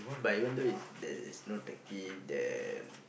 but even though is there is no turkey the